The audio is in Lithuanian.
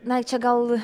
na čia gal